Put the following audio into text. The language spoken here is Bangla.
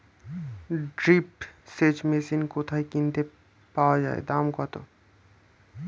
ড্রিপ সেচ মেশিন কোথায় কিনতে পাওয়া যায় দাম কত?